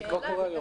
זה כבר קורה היום.